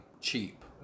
cheap